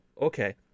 okay